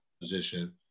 position